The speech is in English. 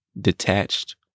detached